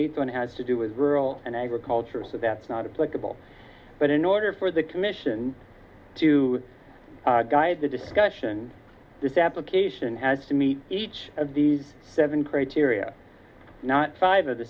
eighth one has to do with rural and agriculture so that's not a likable but in order for the commission to guide the discussion this application has to meet each of these seven criteria not five of the